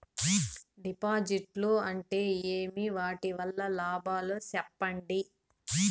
డిపాజిట్లు అంటే ఏమి? వాటి వల్ల లాభాలు సెప్పండి?